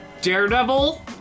Daredevil